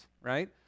right